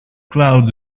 clouds